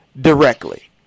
directly